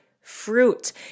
fruit